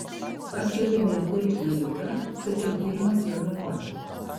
apčiuopė nedidelį guziuką tačiau tyrimas jo nerodė